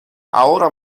ahora